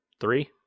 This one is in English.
Three